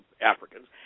Africans